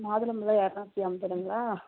மாதுளம்பழம் எரநூற்றி ஐம்பதுங்களா